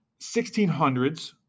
1600s